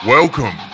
Welcome